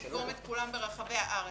לדגום את כולם ברחבי הארץ.